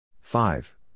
Five